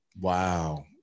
wow